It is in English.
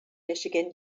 michigan